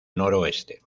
noroeste